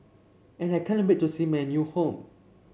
and I can't wait to see my new home